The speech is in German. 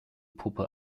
puppe